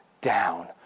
down